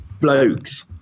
blokes